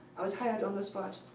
i was hired on the spot.